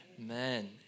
amen